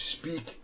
speak